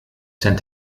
sent